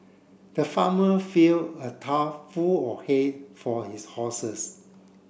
the farmer fill a trough full of hay for his horses